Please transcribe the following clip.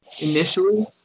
initially